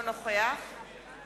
אינו נוכח דני דנון,